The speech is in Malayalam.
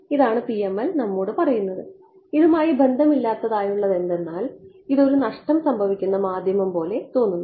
ഇതാണ് PML നമ്മോട് പറയുന്നത് ഇതുമായി ബന്ധമില്ലാത്തതായുള്ളതെന്തെന്നാൽ ഇത് ഒരു നഷ്ടം സംഭവിക്കുന്ന മാധ്യമം പോലെ തോന്നുന്നു